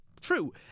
true